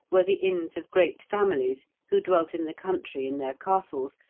were the inns of great families who dwelt in the country in their castles,